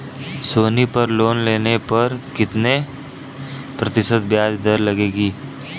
सोनी पर लोन लेने पर कितने प्रतिशत ब्याज दर लगेगी?